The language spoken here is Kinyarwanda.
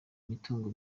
imitungo